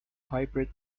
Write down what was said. hybrid